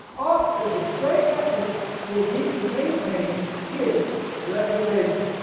often his great effort will be to maintain his reputation.